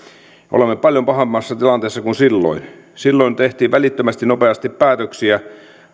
olemme paljon pahemmassa tilanteessa kuin silloin silloin tehtiin välittömästi nopeasti päätöksiä